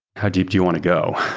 how deep do you want to go?